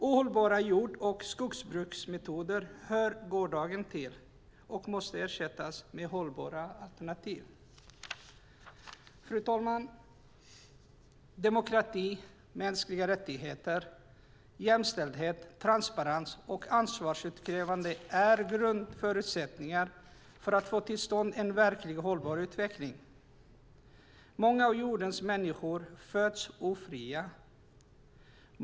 Ohållbara jord och skogsbruksmetoder hör gårdagen till och måste ersättas med hållbara alternativ. Fru talman! Demokrati, mänskliga rättigheter, jämställdhet, transparens och ansvarsutkrävande är grundförutsättningar för att få till stånd en verkligt hållbar utveckling. Många av jordens människor föds ofria.